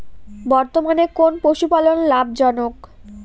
বর্তমানে কোন পশুপালন লাভজনক?